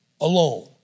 alone